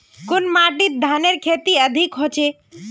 कुन माटित धानेर खेती अधिक होचे?